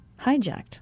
hijacked